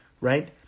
right